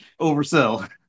oversell